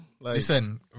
Listen